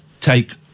take